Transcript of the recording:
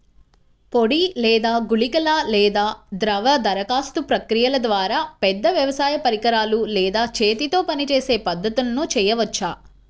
పొడి లేదా గుళికల లేదా ద్రవ దరఖాస్తు ప్రక్రియల ద్వారా, పెద్ద వ్యవసాయ పరికరాలు లేదా చేతితో పనిచేసే పద్ధతులను చేయవచ్చా?